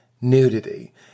nudity